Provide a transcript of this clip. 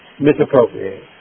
misappropriate